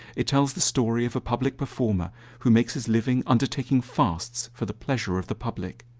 it tells the story of a public performer who makes his living undertaking fasts for the pleasure of the public.